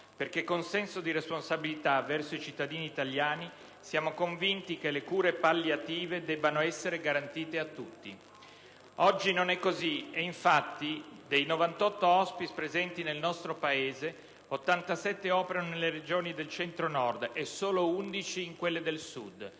perché, con senso di responsabilità verso i cittadini italiani, siamo convinti che le cure palliative debbano essere garantite a tutti. Oggi non è così e infatti, dei 98 *hospice* presenti sul nostro Paese, 87 operano nelle Regioni del Centro-Nord e solo 11 in quelle del Sud.